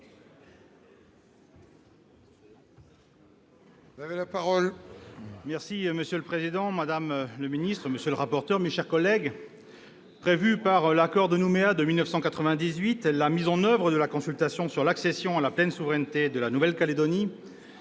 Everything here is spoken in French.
Monsieur le président, madame la ministre, mes chers collègues, prévue par l'accord de Nouméa de 1998, la mise en oeuvre de la consultation sur l'accession à la pleine souveraineté de la Nouvelle-Calédonie